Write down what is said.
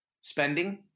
spending